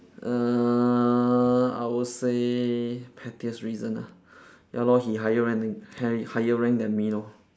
uh I would say pettiest reason ah ya lor he higher rank than high~ higher rank then me lor